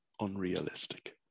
unrealistic